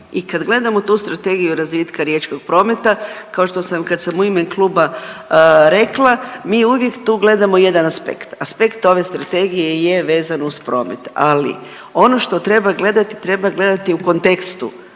i kad gledamo u tu Strategiju razvitka riječkog prometa kao što sam kad sam u ime kluba rekla, mi uvijek tu gledamo jedan aspekt. Aspekt ove strategije je vezan uz promet, ali ono što treba gledati, treba gledati u kontekstu